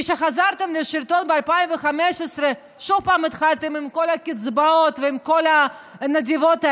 כי כשחזרתם לשלטון ב-2015 שוב התחלתם עם כל הקצבאות ועם כל הנדבות האלה,